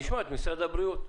נשמע את אנשי משרד הבריאות.